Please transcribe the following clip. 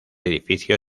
edificio